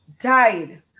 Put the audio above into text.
died